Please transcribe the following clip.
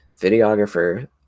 Videographer